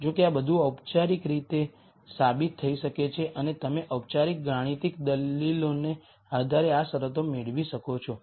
જો કે આ બધું ઔપચારિક રીતે સાબિત થઈ શકે છે અને તમે ઔપચારિક ગાણિતિક દલીલોના આધારે આ શરતો મેળવી શકો છો